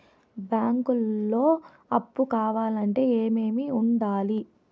బ్యాంకులో అప్పు కావాలంటే ఏమేమి ఉండాలి?